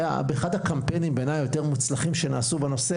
אחד הקמפיינים היותר מוצלחים שנעשו בנושא,